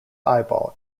eyeball